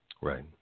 Right